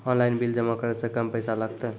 Online bill जमा करै से कम पैसा लागतै?